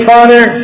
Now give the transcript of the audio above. Father